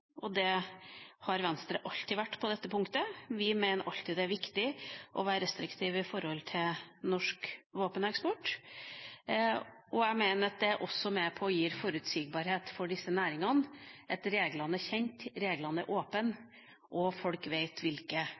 og det har Venstre alltid vært på dette punktet. Vi mener at det alltid er viktig å være restriktiv når det gjelder norsk våpeneksport. Jeg mener at det også er med på å gi forutsigbarhet for disse næringene at reglene er kjent, at de er åpne, og at folk vet